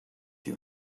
you